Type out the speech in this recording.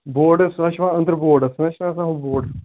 boards سُہ حظ چھُ یِوان أنٛدرٕ بورڈ سُہ حظ چھُ نہٕ آسان ہُہ بورڈ